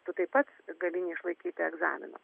tu taip pat gali neišlaikyti egzamino